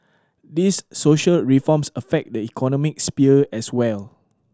these social reforms affect the economic sphere as well